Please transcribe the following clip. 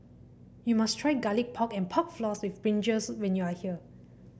you must try Garlic Pork and Pork Floss with brinjal when you are here